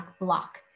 Block